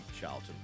Charlton